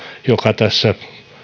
joka tässä